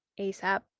ASAP